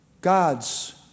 God's